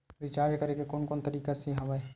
Recharge करे के कोन कोन से तरीका हवय?